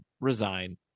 resign